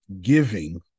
giving